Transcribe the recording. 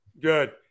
Good